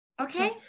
Okay